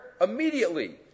immediately